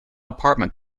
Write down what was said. apartment